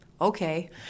okay